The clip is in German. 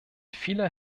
vieler